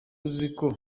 uziko